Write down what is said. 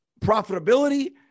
profitability